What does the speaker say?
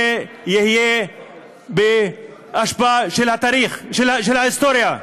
זה יהיה בהשפעה של ההיסטוריה.